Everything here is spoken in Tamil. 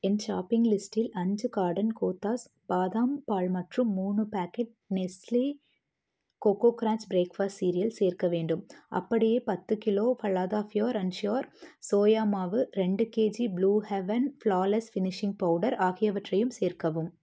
என் ஷாப்பிங் லிஸ்டில் அஞ்சு கார்டன் கோத்தாஸ் பாதாம் பால் மற்றும் மூணு packet Nestle cocoa crunch breakfast cereals சேர்க்க வேண்டும் அப்படியே பத்து கிலோ பலதா ஃப்யூர் அண்ட் ஷுர் சோயா மாவு ரெண்டு K G blue heaven flawless finishing powder ஆகியவற்றையும் சேர்க்கவும்